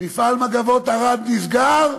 מפעל "מגבות ערד" נסגר,